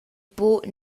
buca